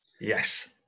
Yes